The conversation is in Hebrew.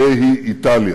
הרי היא איטליה.